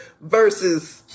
Versus